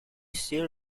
still